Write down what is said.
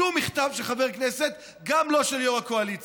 שום מכתב של חבר כנסת, גם לא של יו"ר הקואליציה.